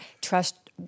trust